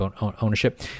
ownership